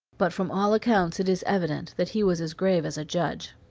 but from all accounts it is evident that he was as grave as a judge.